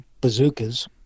bazookas